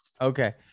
Okay